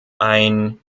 ein